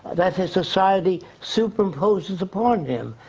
that his society superimposes upon him.